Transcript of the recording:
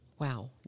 wow